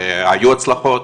והיו הצלחות.